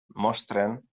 mostren